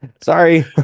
Sorry